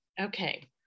Okay